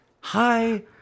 Hi